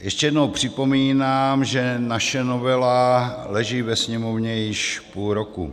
Ještě jednou připomínám, že naše novela leží ve Sněmovně již půl roku.